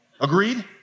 Agreed